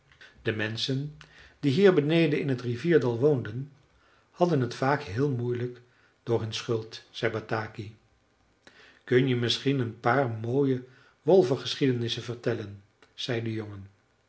de menschen die hier beneden in t rivierdal woonden hadden t vaak heel moeielijk door hun schuld zei bataki kun je misschien een paar mooie wolvengeschiedenissen vertellen zei de jongen